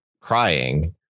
crying